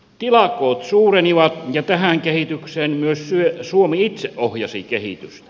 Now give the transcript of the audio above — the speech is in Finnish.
tilakoot suurenivat ja tähän kehitykseen myös suomi itse ohjasi kehitystä